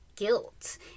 Guilt